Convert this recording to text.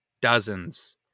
dozens